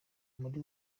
muri